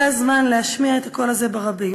זה הזמן להשמיע את הקול הזה ברבים.